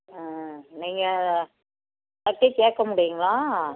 ஆ நீங்கள் அதை பற்றி கேட்க முடியுங்களா